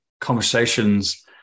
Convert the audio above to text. conversations